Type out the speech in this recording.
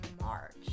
March